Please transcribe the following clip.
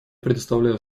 предоставляю